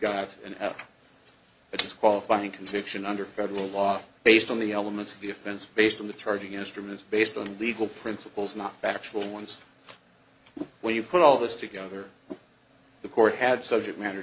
got and it's qualifying conception under federal law based on the elements of the offense based on the charging instruments based on legal principles not factual ones when you put all this together the court had subject matter